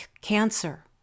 cancer